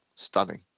stunning